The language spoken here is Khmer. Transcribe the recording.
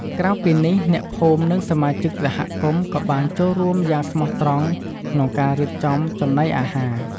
ក្រៅពីនេះ អ្នកភូមិ និងសមាជិកសហគមន៍ក៏បានចូលរួមយ៉ាងស្មោះត្រង់ក្នុងការរៀបចំចំណីអាហារ។